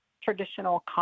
traditional